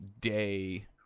day